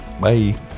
Bye